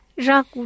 Jacques